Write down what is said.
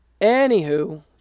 Anywho